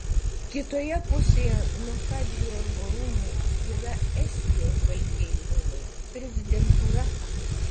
kitoje pusėje nuo kadriorgo rūmų yra estijos baltieji rūmai prezidentūra